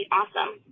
awesome